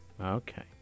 Okay